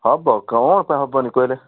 ହେବ କ'ଣ ପାଇଁ ହେବନି କହିଲେ